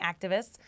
activists